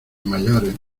mayores